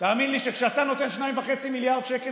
תאמין לי שכשאתה נותן 2.5 מיליארד שקל